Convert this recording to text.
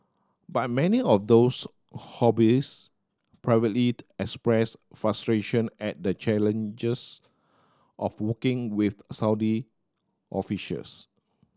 but many of those hobbies privately express frustration at the challenges of working with Saudi officials